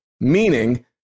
Meaning